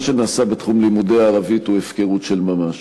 מה שנעשה בתחום לימודי הערבית הוא הפקרות של ממש.